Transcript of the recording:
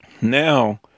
Now